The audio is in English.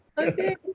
Okay